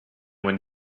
when